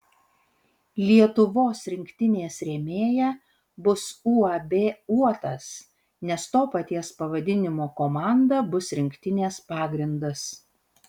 lietuvos rinktinės rėmėja bus uab uotas nes to paties pavadinimo komanda bus rinktinės pagrindas